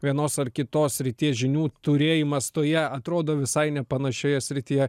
vienos ar kitos srities žinių turėjimas toje atrodo visai nepanašioje srityje